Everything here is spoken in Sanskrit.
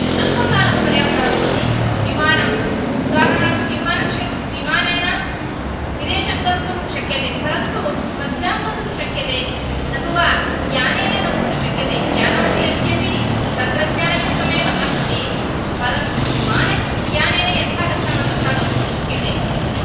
अल्पकालः पर्याप्तः भवति विमानम् उदाहरणार्थं विमानक्षेत्र विमानेन विदेशं गन्तुं शक्यते परन्तु पद्भ्यां गन्तुं न शक्यते न तु वा यानेन गन्तुं न शक्यते यानमपि यद्यपि तन्त्रज्ञानयुक्तमेव अस्ति परन्तु विमानयानेन यथा गच्छामः तथा गन्तुं न शक्यते